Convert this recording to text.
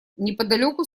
неподалеку